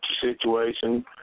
situation